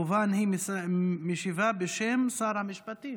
כמובן, היא משיבה בשם שר המשפטים.